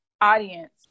audience